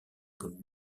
comme